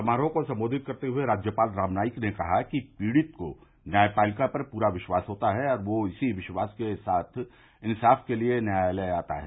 समारोह को संबोधित करते हए राज्यपाल राम नाईक ने कहा कि पीडित को न्यायपालिका पर पूरा विश्वास होता है और वह इसी विश्वास के साथ इंसाफ के लिए न्यायालय आता है